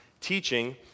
teaching